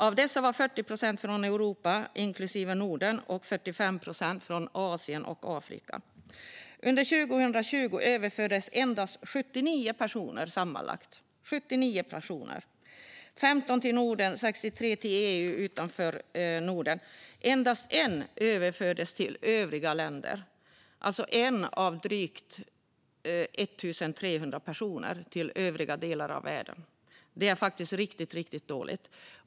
Av dessa var 40 procent från Europa inklusive Norden, och 45 procent var från Asien och Afrika. Under 2020 överfördes sammanlagt endast 79 personer, varav 15 till Norden och 63 till EU utanför Norden. Endast en överfördes till övriga länder i världen - alltså en av drygt 1 300 personer. Det är faktiskt riktigt dåligt.